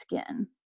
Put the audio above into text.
skin